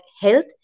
health